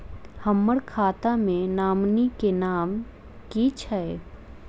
हम्मर खाता मे नॉमनी केँ नाम की छैय